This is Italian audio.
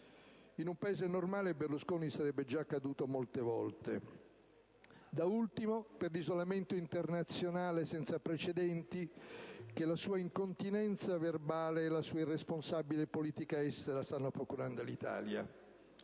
In un Paese normale Berlusconi sarebbe già caduto molte volte. Da ultimo, per l'isolamento internazionale senza precedenti che la sua incontinenza verbale e la sua irresponsabile politica estera stanno procurando all'Italia.